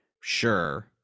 Sure